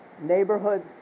neighborhoods